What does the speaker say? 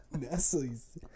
Nestle's